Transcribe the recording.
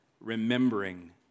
remembering